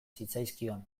zitzaizkion